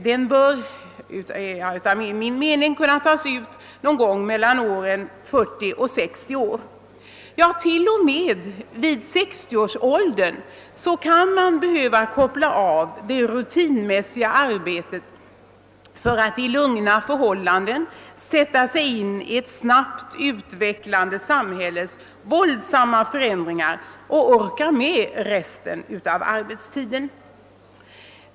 Den skall enligt min mening kunna tas ut någon gång mellan 40 och 60 års ålder. Till och med vid 60 års ålder kan man behöva koppla av det rutinmässiga arbetet för att under lugna förhållanden sätta sig in i ett sig snabbt utvecklande samhälles våldsamma förändringar och orka med resten av arbetslivet.